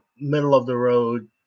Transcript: middle-of-the-road